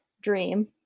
dream